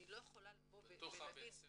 אני לא יכולה לבוא ולהגיד --- בתוך בית הספר.